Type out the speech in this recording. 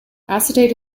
acetate